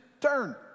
turn